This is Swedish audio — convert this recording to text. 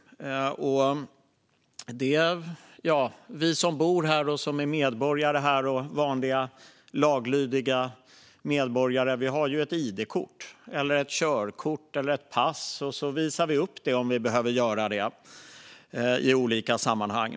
Vi som bor här och är vanliga, laglydiga medborgare har ett id-kort, ett körkort eller ett pass som vi visar upp om det behövs i olika sammanhang.